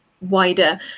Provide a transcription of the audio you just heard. wider